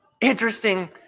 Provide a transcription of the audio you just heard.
interesting